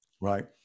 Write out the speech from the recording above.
right